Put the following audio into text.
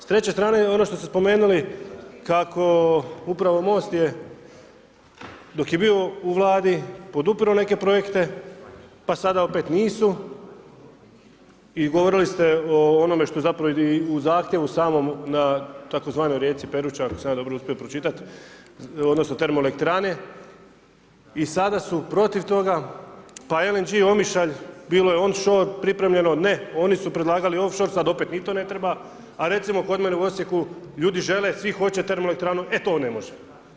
S treće strane ono što ste spomenuli kako upravo Most je dok je bio u Vladi podupire neke projekte pa sada opet nisu i govorili ste o onome u zahtjevu samom na tzv. rijeci Peruća ako sam ja dobro uspio pročitat odnosno termoelektrane i sada su protiv toga, pa LNG Omišalj, bilo je offshore pripremljeno, ne oni su predlagali offshore sad opet i to ne treba, a recimo kod mene u Osijeku ljudi žele svi hoće termoelektranu, e to ne može.